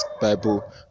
Bible